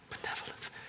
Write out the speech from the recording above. benevolence